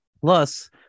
Plus